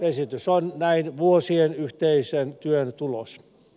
esitys on näin vuosien yhteisen työn tulos